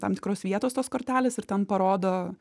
tam tikros vietos tos kortelės ir ten parodo